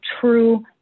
True